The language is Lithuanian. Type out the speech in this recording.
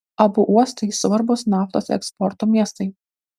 abu uostai svarbūs naftos eksporto miestai